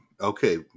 Okay